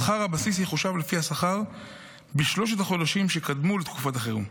שכר הבסיס יחושב לפי השכר בשלושת החודשים שקדמו לתקופת החירום.